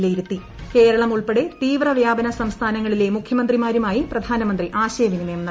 വിലയിരുത്തി കേരളം ഉൾപ്പെടെ തീവ്ര വ്യാപന സംസ്ഥാനങ്ങളിലെ മുഖ്യമന്ത്രിമാരുമായി പ്രധാനമന്ത്രി ആശയവിനിമയം നടത്തി